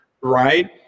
right